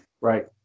right